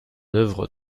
œuvre